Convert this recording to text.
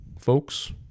folks